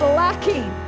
lacking